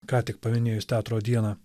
ką tik paminėjus teatro dieną